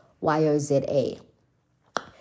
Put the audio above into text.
Y-O-Z-A